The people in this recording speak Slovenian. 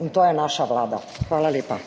in to je naša Vlada. Hvala lepa.